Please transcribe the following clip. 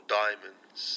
diamonds